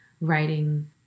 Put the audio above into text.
writing